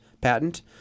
patent